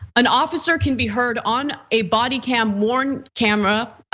an officer can be heard on a body cam, worn camera,